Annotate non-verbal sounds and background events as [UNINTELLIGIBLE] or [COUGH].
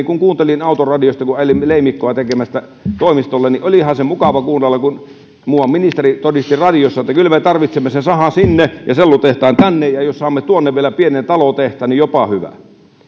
[UNINTELLIGIBLE] kun kuuntelin auton radiota kun ajelin leimikkoa tekemästä toimistolle niin olihan se mukava kuunnella kun muuan ministeri todisti radiossa että kyllä me tarvitsemme sen sahan sinne ja sellutehtaan tänne ja jos saamme tuonne vielä pienen talotehtaan niin jopa hyvä